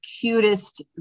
cutest